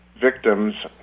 victims